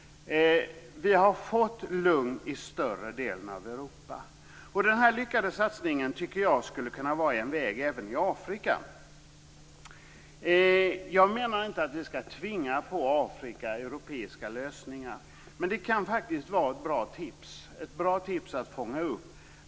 Det har blivit lugnt i större delen av Europa. Denna lyckade satsning borde vara en väg även i Afrika. Vi skall inte tvinga på Afrika europeiska lösningar, men det kan vara ett bra tips att fånga upp.